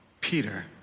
Peter